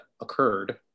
occurred